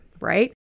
right